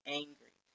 angry